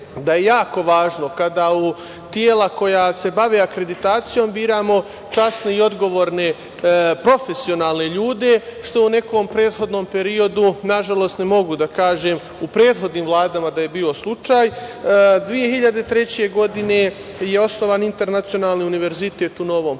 da je jako važno kada u tela koja se bave akreditacijom biramo časne, odgovorne i profesionalne ljude, što u nekom prethodnom periodu, nažalost, ne mogu da kažem u prethodnim vladama da je bio slučaj. Godine 2003. je osnovan Internacionalni univerzitet u Novom Pazaru.